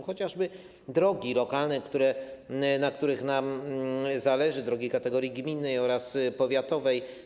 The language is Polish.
Chociażby drogi lokalne, na których nam zależy, drogi kategorii, gminnej oraz powiatowej.